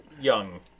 young